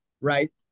Right